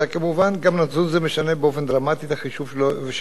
גם נתון זה משנה באופן דרמטי את החישוב שבו עדיין לא התחשבו.